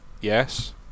yes